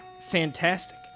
Fantastic